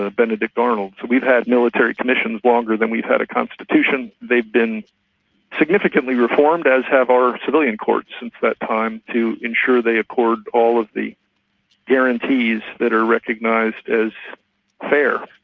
ah benedict arnold. so we've had military commissions longer than we've had a constitution. they've been significantly reformed, as have our civilian courts since that time, to ensure they accord all of the guarantees that are recognised as fair.